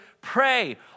pray